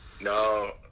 No